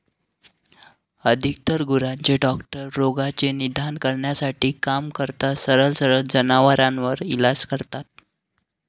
अधिकतर गुरांचे डॉक्टर रोगाचे निदान करण्यासाठी काम करतात, सरळ सरळ जनावरांवर इलाज करता